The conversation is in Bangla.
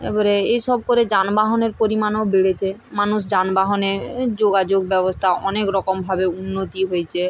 এবারে এই সব করে যানবাহনের পরিমাণও বেড়েছে মানুষ যানবাহনে যোগাযোগ ব্যবস্থা অনেক রকম ভাবে উন্নতি হয়েছে